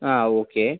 ആ ഓക്കെ